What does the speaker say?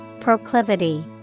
Proclivity